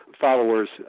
followers